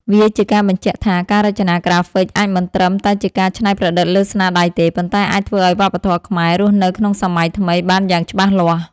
វាជាការបញ្ជាក់ថា ការរចនាក្រាហ្វិកអាចមិនត្រឹមតែជាការច្នៃប្រឌិតលើស្នាដៃទេ ប៉ុន្តែអាចធ្វើឲ្យវប្បធម៌ខ្មែររស់នៅក្នុងសម័យថ្មីបានយ៉ាងច្បាស់លាស់។